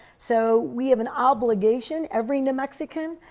so we have an obligation, every new mexican,